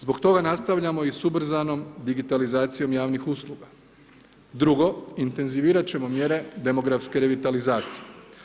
Zbog toga nastavljamo i s ubrzanom digitalizacijom javnih usluga, drugo intenzivirati ćemo mjere demografske revitalizacije.